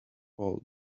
all